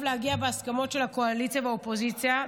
להגיע להסכמות של הקואליציה ושל האופוזיציה.